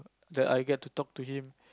that I get to talk to him